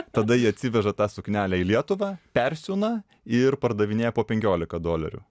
tada ji atsiveža tą suknelę į lietuvą persiūna ir pardavinėja po penkiolika dolerių